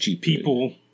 people